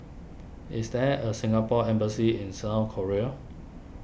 is there a Singapore Embassy in South Korea